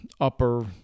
upper